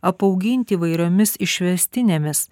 apauginti įvairiomis išvestinėmis